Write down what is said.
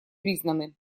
признаны